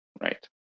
right